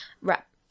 wrap